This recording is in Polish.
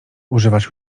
używasz